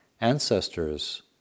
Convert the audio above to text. ancestors